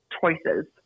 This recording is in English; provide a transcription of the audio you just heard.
choices